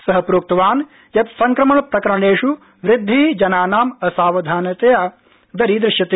स प्रोक्तवान् यत् संक्रमण प्रकरणेष् वृद्धि जनानां असावधानतया दरीदृश्यते